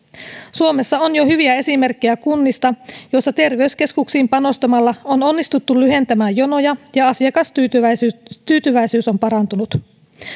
suomessa on jo hyviä esimerkkejä kunnista joissa terveyskeskuksiin panostamalla on onnistuttu lyhentämään jonoja ja asiakastyytyväisyys on parantunut